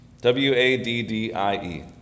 w-a-d-d-i-e